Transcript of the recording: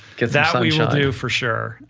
cause that's what we should do for sure.